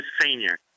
senior